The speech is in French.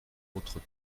autres